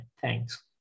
Thanks